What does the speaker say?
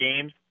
games